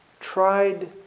Tried